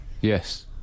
yes